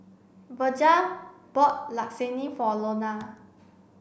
Virgia bought Lasagne for Lona